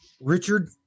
Richard